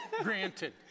Granted